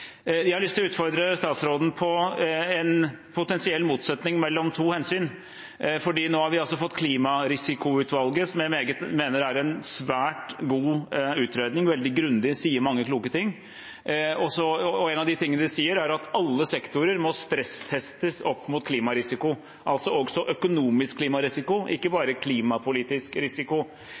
Jeg har lyst til å utfordre statsråden på en potensiell motsetning mellom to hensyn. Nå har vi fått Klimarisikoutvalgets rapport, som jeg mener er en svært god utredning. Den er veldig grundig og sier mange kloke ting, og én av dem er at alle sektorer må stresstestes opp mot klimarisiko, altså også økonomisk klimarisiko, ikke bare klimapolitisk risiko.